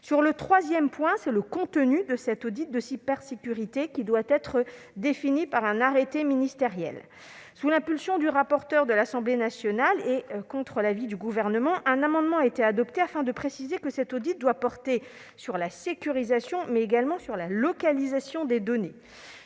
Un troisième point concerne le contenu de cet audit de cybersécurité, qui doit être défini par un arrêté ministériel. Sous l'impulsion du rapporteur de l'Assemblée nationale, et contre l'avis du Gouvernement, un amendement a été adopté afin de préciser que cet audit doit porter tant sur la sécurisation que sur la localisation des données.